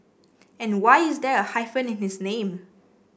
and why is there a hyphen in his name